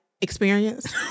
experience